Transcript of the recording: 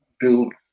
build